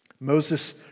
Moses